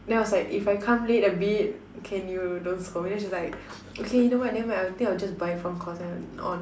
then I was like if I come late a bit can you don't scold me then she's like okay you know what never mind I think I will just buy it from cotton-on